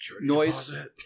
noise